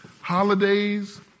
holidays